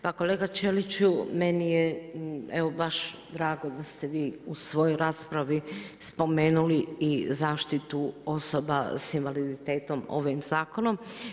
Pa kolega Ćeliću, meni je evo baš drago da ste vi u svojoj raspravi spomenuli i zaštitu osoba s invaliditetom ovim zakonom.